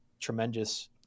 tremendous